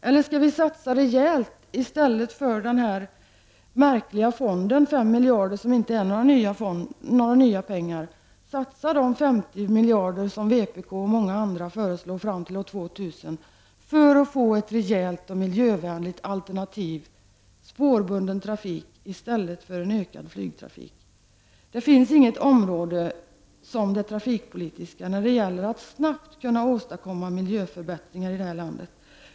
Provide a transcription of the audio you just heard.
Eller skall vi i stället för den här märkliga fonden på 5 miljarder, som inte är några nya pengar, satsa de 50 miljarder som vpk och många andra föreslår fram till år 2000 för att få ett rejält och miljövänligt alternativ; spårbunden trafik i stället för ökad flygtrafik? Det finns inget område som det trafikpolitiska när det gäller att snabbt kunna åstadkomma miljöförbättringar i vårt land.